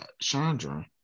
chandra